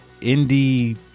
indie